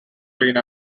clean